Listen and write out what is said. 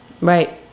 Right